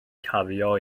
cario